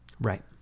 Right